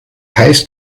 heißt